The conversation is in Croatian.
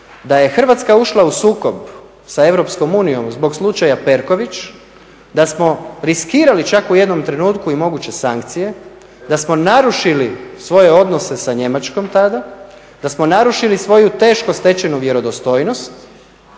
da je Hrvatska ušla u sukob sa Europskom unijom zbog slučaja Perković, da smo riskirali čak u jednom trenutku i moguće sankcije, da smo narušili svoje odnose sa Njemačkom tada, da smo narušili svoju teško stečenu vjerodostojnost